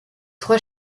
trois